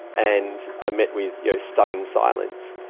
and i'm met with you know stunning silence,